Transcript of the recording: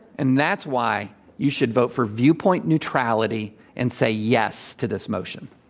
and that's why you should vote for viewpoint neutrality and say yes to this motion.